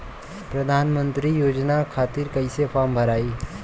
प्रधानमंत्री योजना खातिर कैसे फार्म भराई?